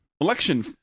Election